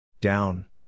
Down